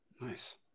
Nice